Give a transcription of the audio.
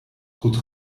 goed